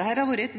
har vært